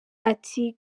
ati